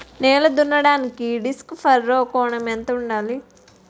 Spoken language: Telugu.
నేల దున్నడానికి డిస్క్ ఫర్రో కోణం ఎంత ఉండాలి?